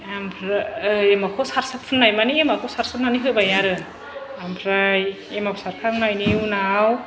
आमफ्राय एमावखौ सार सार फुननाय माने इमावखौ सारसननानै होबाय आरो आमफ्राय एमाव सारखांनायनि उनाव